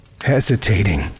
hesitating